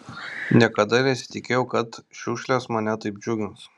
niekada nesitikėjau kad šiukšlės mane taip džiugins